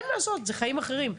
אין מה לעשות, אלו חיים אחרים.